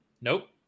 Nope